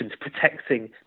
protecting